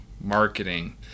Marketing